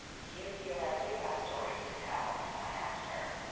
do you feel like you have stories to tell i asked her?